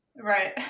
right